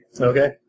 Okay